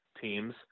teams